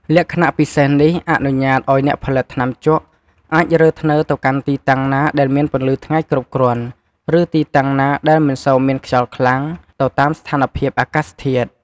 លក្ខណៈពិសេសនេះ អនុញ្ញាតអោយអ្នកផលិតថ្នាំជក់អាចរើធ្នើរទៅកាន់ទីតាំងណាដែលមានពន្លឺថ្ងៃគ្រប់គ្រាន់ ឬទីតាំងណាដែលមិនសូវមានខ្យល់ខ្លាំង ទៅតាមស្ថានភាពអាកាសធាតុ។